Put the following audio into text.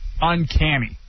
uncanny